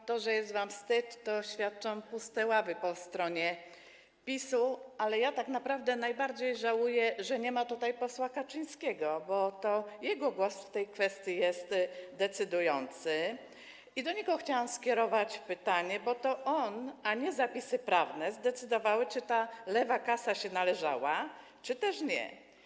O tym, że jest wam wstyd, świadczą puste ławy po stronie PiS-u, ale najbardziej żałuję, że nie ma tutaj posła Kaczyńskiego, bo to jego głos w tej kwestii jest decydujący i do niego chciałam skierować pytanie, bo to on, a nie zapis prawny, zdecydował, czy ta lewa kasa się należała, czy też nie.